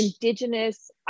indigenous